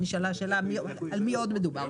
נשאלה השאלה על מי עוד מדובר.